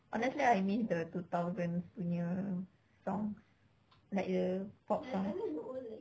honestly I miss the two thousands punya songs like the pop songs